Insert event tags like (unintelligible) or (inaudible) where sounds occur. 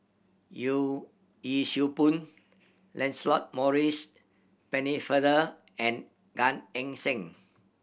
(unintelligible) Yee Siew Pun Lancelot Maurice Pennefather and Gan Eng Seng